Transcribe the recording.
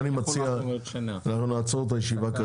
אני מציע שנעצור את הישיבה,